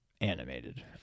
animated